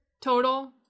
total